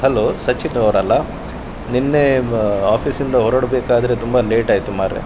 hello ಸಚಿನ್ನವ್ರಲ್ಲ ನಿನ್ನೆ ಆಫೀಸಿಂದ ಹೊರಡಬೇಕಾದ್ರೆ ತುಂಬ ಲೇಟಾಯಿತು ಮರ್ರೆ